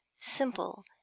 simple